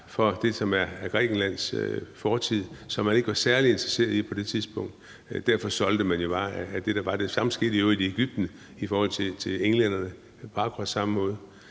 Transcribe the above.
for det, som er Grækenlands fortid, og som man ikke var særlig interesseret i på det tidspunkt? Derfor solgte man jo bare det, der var. Det samme skete i øvrigt i Egypten i forhold til englænderne og på akkurat samme måde.